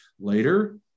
later